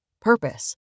purpose